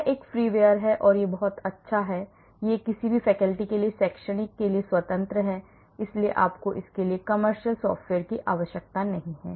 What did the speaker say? यह एक फ्रीवेयर है और यह बहुत अच्छा है और यह संकाय के लिए शैक्षणिक के लिए स्वतंत्र है इसलिए आपको इसके लिए commercial software की आवश्यकता नहीं है